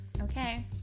Okay